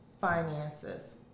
finances